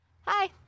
Hi